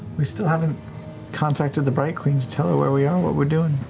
we still haven't contacted the bright queen to tell her where we are, what we're doing.